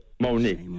Monique